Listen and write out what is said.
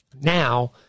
now